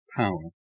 power